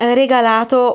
regalato